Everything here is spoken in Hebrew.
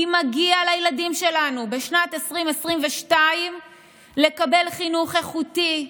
כי מגיע לילדים שלנו בשנת 2022 לקבל חינוך איכותי,